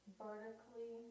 vertically